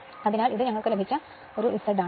അതിനാൽ ഇത് ഇവിടെ നമുക് ലഭിച്ചത് Z ആണ്